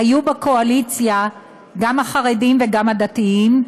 היו בקואליציה גם החרדים וגם הדתיים,